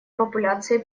популяции